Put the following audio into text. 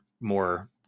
more